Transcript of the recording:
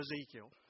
Ezekiel